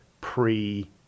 pre